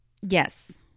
Yes